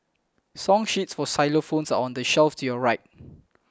song sheets for xylophones are on the shelf to your right